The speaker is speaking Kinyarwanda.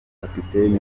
kapiteni